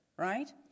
Right